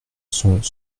sont